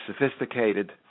sophisticated